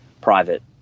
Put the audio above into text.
private